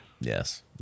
Yes